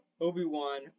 Obi-Wan